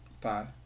Five